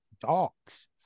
dogs